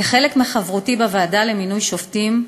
כחלק מחברותי בוועדה לבחירת שופטים,